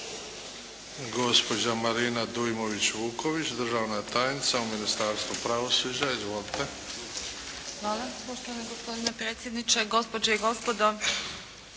Hvala gospodine predsjedniče, gospođe i gospodo.